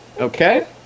Okay